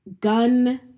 gun